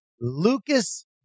Lucas